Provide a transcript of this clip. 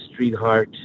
Streetheart